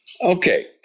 Okay